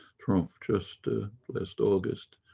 trump just ah last august,